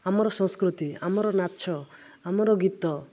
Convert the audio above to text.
ଆମର ସଂସ୍କୃତି ଆମର ନାଚ ଆମର ଗୀତ